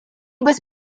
без